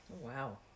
wow